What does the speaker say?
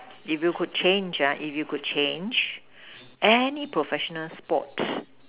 if you could change ah if you could change any professional sport